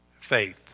faith